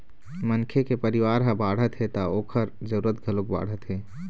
मनखे के परिवार ह बाढ़त हे त ओखर जरूरत घलोक बाढ़त हे